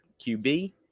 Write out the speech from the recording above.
QB